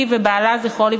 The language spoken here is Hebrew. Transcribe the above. היא ובעלה ז"ל,